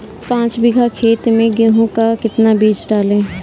पाँच बीघा खेत में गेहूँ का कितना बीज डालें?